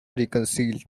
reconciled